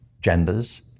genders